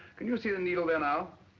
can you see the needle there now?